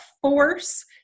force